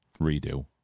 redo